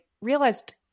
realized